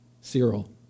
Cyril